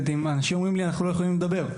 ואנשים אומרים לי שהם לא יכולים לדבר.